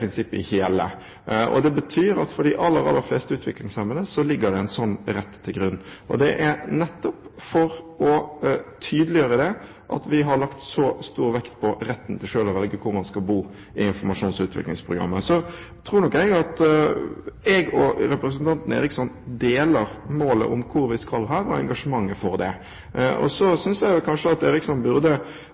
prinsippet ikke gjelde. Det betyr at for de aller, aller fleste utviklingshemmede ligger det en sånn rett til grunn. Det er nettopp for å tydeliggjøre det at vi har lagt så stor vekt på retten til selv å velge hvor man skal bo, i informasjons- og utviklingsprogrammet. Jeg tror nok at representanten Eriksson og jeg deler målet om hvor vi skal, og engasjementet for det. Og jeg skulle ønske at